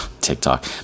TikTok